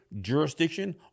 jurisdiction